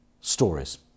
stories